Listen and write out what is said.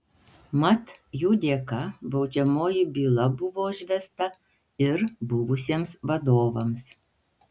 mat jų dėka baudžiamoji byla buvo užvesta ir buvusiems vadovams